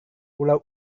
pulau